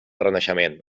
renaixement